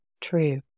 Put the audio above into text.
true